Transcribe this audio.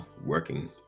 working